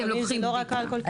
לפעמים זה לא רק אלכוהול.